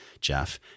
Jeff